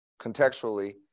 contextually